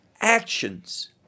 actions